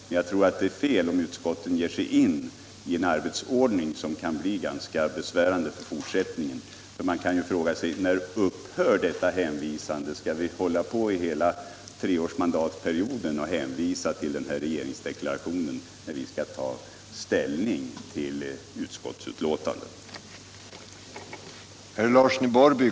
Men jag tror att det är fel om utskotten ger sig in i en ordning som kan bli besvärande i fortsättningen. Man kan fråga sig: När upphör detta hänvisande? Skall vi hänvisa till regeringsdeklarationen under hela den treåriga mandatperioden då vi skall ta ställning till utskottsbetänkanden? Miljövårdspoliti Miljövårdspoliti